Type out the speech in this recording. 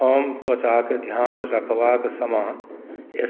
हम त्वचाक ध्यान रखबाक समान